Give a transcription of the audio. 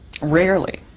Rarely